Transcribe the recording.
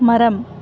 மரம்